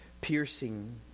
piercing